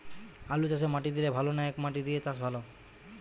আলুচাষে মাটি দিলে ভালো না একমাটি দিয়ে চাষ ভালো?